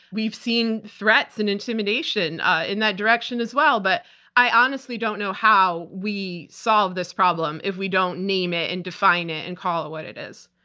we've seen threats and intimidation in that direction as well, but i honestly don't know how we solve this problem if we don't name it and define it and call it what it is.